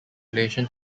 relation